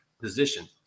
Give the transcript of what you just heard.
position